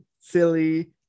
silly